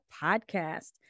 podcast